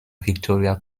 victoria